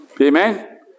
Amen